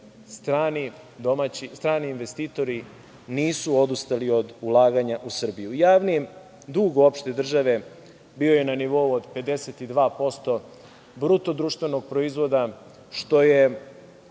strani investitori nisu odustali od ulaganja u Srbiju. Javni dug opšte države bio je na nivou od 52% BDP-a, što je